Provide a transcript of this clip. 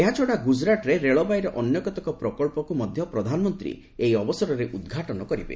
ଏହାଛଡ଼ା ଗୁଜରାଟରେ ରେଳବାଇର ଅନ୍ୟ କେତେକ ପ୍ରକଳ୍ପକୁ ମଧ୍ୟ ପ୍ରଧାନମନ୍ତ୍ରୀ ଏହି ଅବସରରେ ଉଦ୍ଘାଟନ କରିବେ